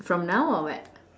from now or what